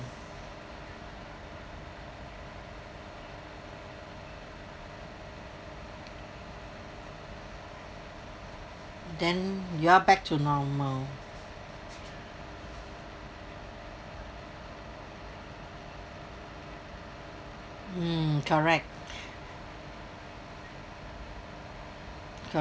then you are back to normal mm correct